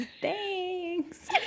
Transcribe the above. thanks